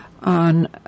on